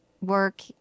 work